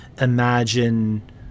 imagine